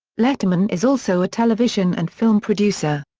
letterman is also a television and film producer.